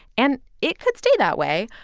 and it could stay that way,